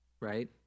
right